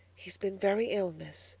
he's been very ill, miss.